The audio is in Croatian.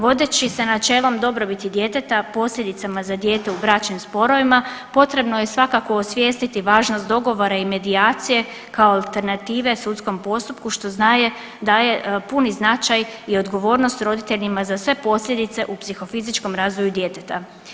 Vodeći se načelom dobrobiti djeteta posljedicama za dijete u bračnim sporovima potrebno je svakako osvijestiti važnost dogovora i medijacije kao alternative sudskom postupku što daje puni značaj i odgovornost roditeljima za sve posljedice u psihofizičkom razvoju djeteta.